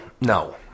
no